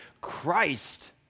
Christ